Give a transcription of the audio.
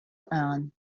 and